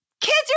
kids